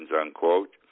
unquote